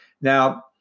Now